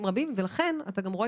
ועשינו מאמצים רבים ולכן אתה גם רואה